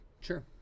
Sure